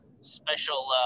special